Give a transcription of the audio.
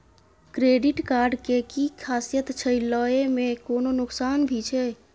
Credit card के कि खासियत छै, लय में कोनो नुकसान भी छै?